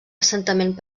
assentament